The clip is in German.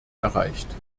erreicht